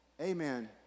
Amen